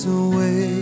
away